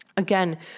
Again